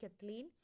Kathleen